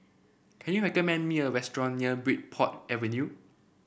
can you recommend me a restaurant near Bridport Avenue